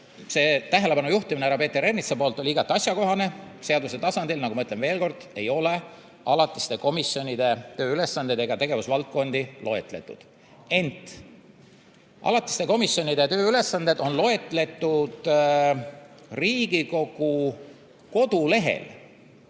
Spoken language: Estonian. tähelepanu juhtimine oli härra Peeter Ernitsast igati asjakohane. Seadustes, ütlen veel kord, ei ole alatiste komisjonide tööülesandeid ega tegevusvaldkondi loetletud. Ent alatiste komisjonide tööülesanded on loetletud Riigikogu kodulehel.